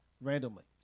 randomly